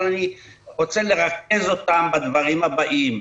אבל אני רוצה לרכז אותם בדברים הבאים.